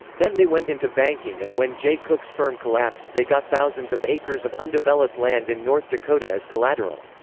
then they went into banking and when jay cooke's firm collapsed they got thousands of acres of undeveloped land in north dakota as collateral.